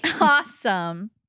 awesome